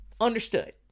Understood